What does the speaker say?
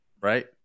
right